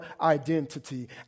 identity